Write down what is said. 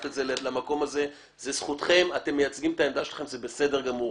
זו זכותכם, זה בסדר גמור.